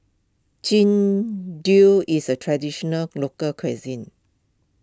Jian is a Traditional Local Cuisine